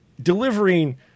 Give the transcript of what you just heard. Delivering